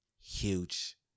Huge